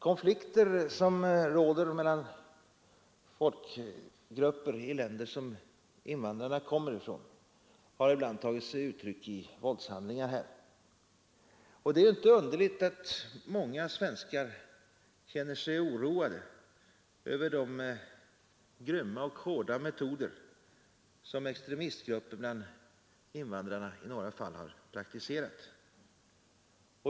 Konflikter som råder mellan folkgrupper i de länder från vilka invandrarna kommer har ibland tagit sig uttryck i våldshandlingar här. Det är inte underligt att många svenskar känner sig oroade över de grymma och hårda metoder som extremistgrupperna bland invandrarna i några fall har praktiserat.